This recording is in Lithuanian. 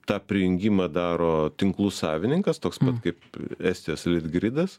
tą prijungimą daro tinklų savininkas toks pat kaip estijos lidgridas